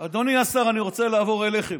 אדוני השר, אני רוצה לעבור אליכם.